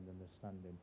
understanding